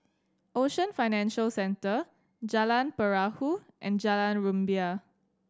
Ocean Financial Centre Jalan Perahu and Jalan Rumbia